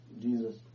Jesus